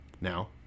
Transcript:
Now